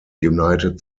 united